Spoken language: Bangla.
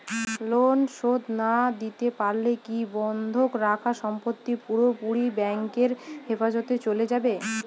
লোন শোধ না দিতে পারলে কি বন্ধক রাখা সম্পত্তি পুরোপুরি ব্যাংকের হেফাজতে চলে যাবে?